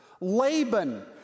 Laban